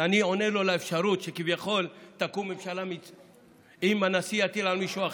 אני עונה לו על האפשרות שכביכול תקום ממשלה אם הנשיא יטיל על מישהו אחר.